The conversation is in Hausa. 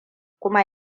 kuma